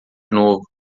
novo